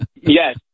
Yes